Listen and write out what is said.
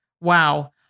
wow